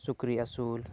ᱥᱩᱠᱨᱤ ᱟᱹᱥᱩᱞ